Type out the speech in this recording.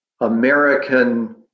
American